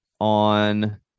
on